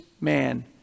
man